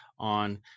on